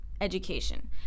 education